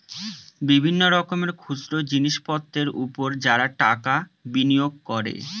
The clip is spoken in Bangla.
বিভিন্ন রকমের খুচরো জিনিসপত্রের উপর যারা টাকা বিনিয়োগ করে